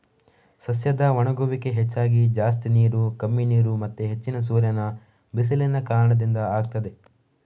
ಸಸ್ಯದ ಒಣಗುವಿಕೆಗೆ ಹೆಚ್ಚಾಗಿ ಜಾಸ್ತಿ ನೀರು, ಕಮ್ಮಿ ನೀರು ಮತ್ತೆ ಹೆಚ್ಚಿನ ಸೂರ್ಯನ ಬಿಸಿಲಿನ ಕಾರಣದಿಂದ ಆಗ್ತದೆ